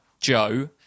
Joe